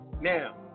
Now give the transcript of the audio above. Now